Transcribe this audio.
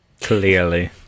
clearly